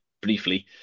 briefly